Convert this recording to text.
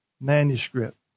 manuscript